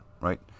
Right